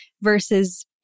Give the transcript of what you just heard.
versus